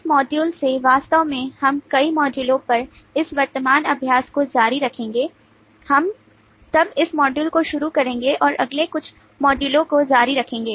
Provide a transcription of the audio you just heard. इस मॉड्यूल से वास्तव में हम कई मॉड्यूलों पर इस वर्तमान अभ्यास को जारी रखेंगे हम तब इस मॉड्यूल को शुरू करेंगे और अगले कुछ मॉड्यूलों को जारी रखेंगे